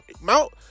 mount